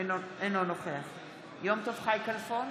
אינו נוכח יום טוב חי כלפון,